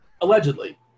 allegedly